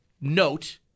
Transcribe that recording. note